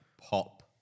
pop